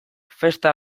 festa